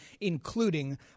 including